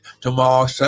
tomorrow